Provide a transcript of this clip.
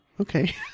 okay